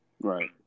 Right